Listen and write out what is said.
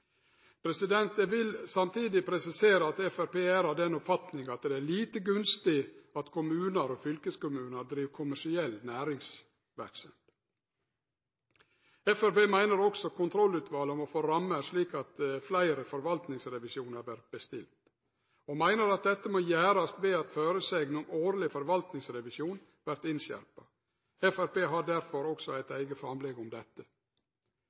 dette. Eg vil samtidig presisere at Framstegspartiet har den oppfatninga at det er lite gunstig at kommunar og fylkeskommunar driv kommersiell næringsverksemd. Framstegspartiet meiner også at kontrollutvala må få rammer slik at fleire forvaltningsrevisjonar vert bestilte, og meiner at dette må gjerast ved at føresegn om årleg forvaltningsrevisjon vert innskjerpa. Framstegspartiet har derfor også eit eige framlegg om dette.